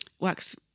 works